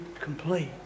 complete